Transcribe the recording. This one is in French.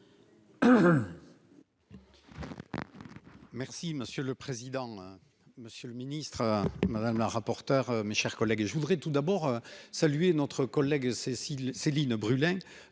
Merci monsieur le président. Monsieur le Ministre, madame la rapporteure, mes chers collègues, je voudrais tout d'abord saluer notre collègue Cécile Céline